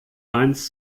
eins